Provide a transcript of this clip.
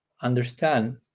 understand